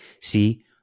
See